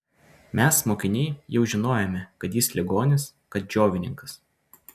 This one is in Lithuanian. mes mokiniai jau žinojome kad jis ligonis kad džiovininkas